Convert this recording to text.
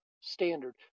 standard